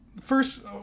First